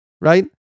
right